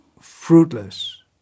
fruitless